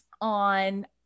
On